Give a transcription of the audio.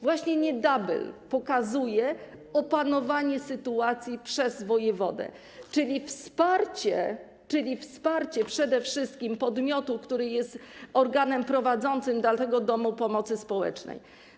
Właśnie Niedabyl pokazuje opanowanie sytuacji przez wojewodę, czyli wsparcie przede wszystkim podmiotu, który jest organem prowadzącym dla tego domu pomocy społecznej.